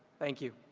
thank you.